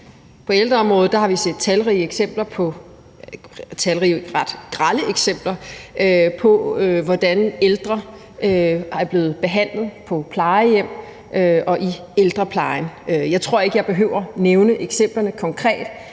På ældreområdet har vi set talrige eksempler – ret grelle eksempler – på, hvordan ældre er blevet behandlet på plejehjem og i ældreplejen. Jeg tror ikke, jeg behøver nævne eksemplerne konkret.